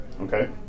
Okay